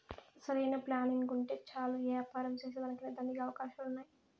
సరైన ప్లానింగుంటే చాలు యే యాపారం సేసేదానికైనా దండిగా అవకాశాలున్నాయి